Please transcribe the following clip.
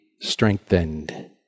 strengthened